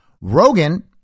Rogan